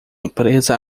empresa